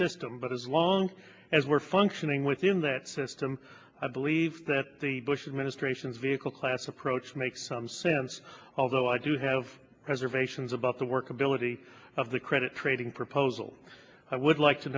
system but as long as we're functioning within that system i believe that the bush administration's vehicle class approach makes some sense although i do have reservations about the workability of the credit trading proposal i would like to